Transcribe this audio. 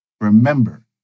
remember